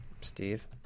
Steve